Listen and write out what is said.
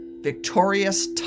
victorious